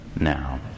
now